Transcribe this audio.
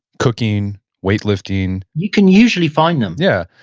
cooking, weightlifting you can usually find them yeah.